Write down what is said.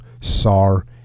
SAR